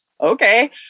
okay